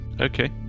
Okay